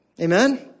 Amen